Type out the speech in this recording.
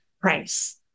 price